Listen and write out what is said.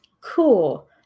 Cool